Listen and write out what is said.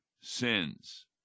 sins